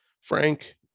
Frank